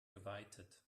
geweitet